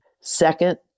Second